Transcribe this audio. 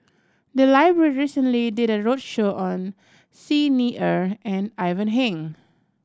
the library recently did a roadshow on Xi Ni Er and Ivan Heng